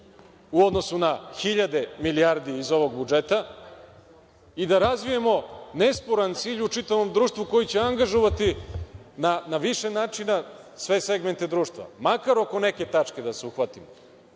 u odnosu na hiljade milijardi iz ovog budžeta, i da razvijemo nesporan cilj u čitavom društvu koji će angažovati na više načina sve segmente društva. Makar oko neke tačke da se uhvatimo.